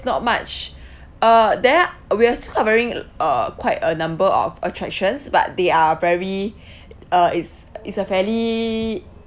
not much uh there uh we're still covering uh quite a number of attractions but they are very uh it's it's a fairly